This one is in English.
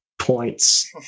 Points